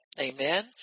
Amen